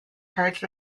herds